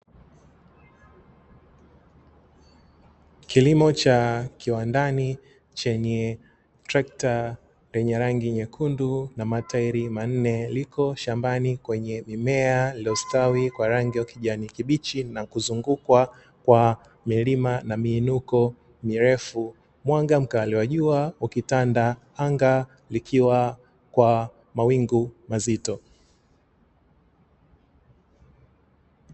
Kilimo cha kiwandani chenye trekta zenye rangi nyekundu na matairi manne, liko shambani kwenye mimea iliyostawi kwa rangi ya ukijani kibichi na kuzungukwa kwa milima na miinuko mirefu, mwanga mkali wa jua ukitanda, anga likiwa kwa mawingu mazito.